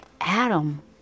Adam